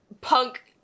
Punk